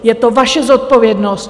Je to vaše zodpovědnost.